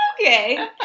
okay